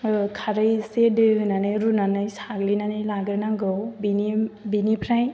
खारै एसे दै होनानै रुनानै साग्लिनानै लाग्रोनांगौ बेनिफ्राय